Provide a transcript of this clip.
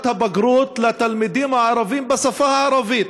הבגרות לתלמידים הערבים בשפה הערבית.